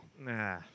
Nah